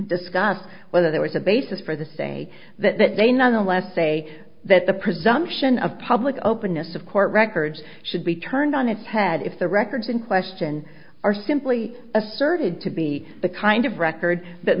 discuss whether there was a basis for the say that they nonetheless say that the presumption of public openness of court records should be turned on its head if the records in question are simply asserted to be the kind of record that